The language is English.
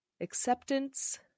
Acceptance